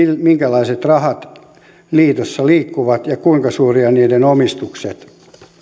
minkälaiset rahat liitoissa liikkuvat ja kuinka suuria niiden omistukset